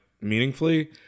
meaningfully